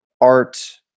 art